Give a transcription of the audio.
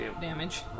damage